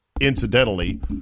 incidentally